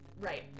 Right